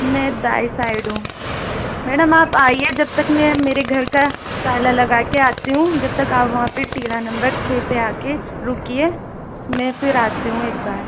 मैं दाएं साइड हूँ मैडम आप आए जब तक मैं मेरे घर का ताला लगा के आती हूँ जब तक आप वहाँ पर टीला नंबर छः पर आ के रुकिए मैं फिर आती हूँ एक बार